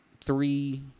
three